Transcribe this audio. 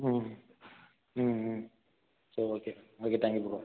ம் ம் ம் சரி ஓகே ஓகே தேங்க்யூ ப்ரோ